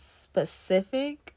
specific